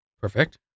Perfect